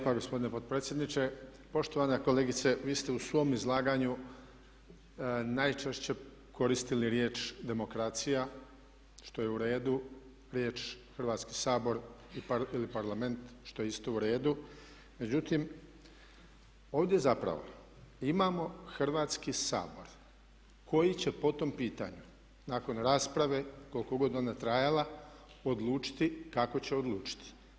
Poštovana kolegice vi ste u svom izlaganju najčešće koristili riječ demokracija, što je u redu, riječ Hrvatski sabor ili Parlament što je isto u redu, međutim ovdje zapravo imamo Hrvatski sabor koji će po tom pitanju nakon rasprave, koliko god ona trajala, odlučiti kako će odlučiti.